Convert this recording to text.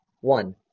one